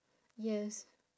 yes